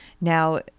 Now